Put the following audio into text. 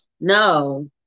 no